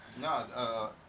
No